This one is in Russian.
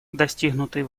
достигнутый